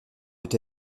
peut